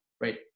right